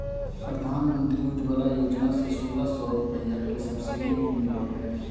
प्रधानमंत्री उज्ज्वला योजना से सोलह सौ रुपया के सब्सिडी भी मिलो हय